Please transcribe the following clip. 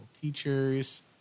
teachers